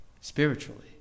spiritually